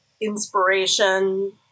inspiration